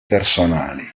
personali